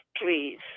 please